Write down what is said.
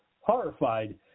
Horrified